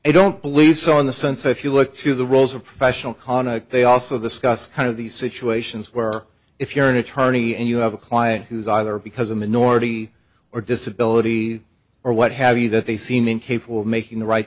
i don't believe so in the sense if you look to the rules of professional conduct they also the scotts kind of these situations where if you're an attorney and you have a client who's either because a minority or disability or what have you that they seem incapable of making the right